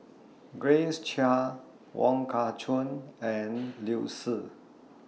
Grace Chia Wong Kah Chun and Liu Si